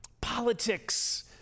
Politics